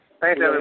Thanks